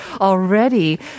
already